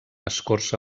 escorça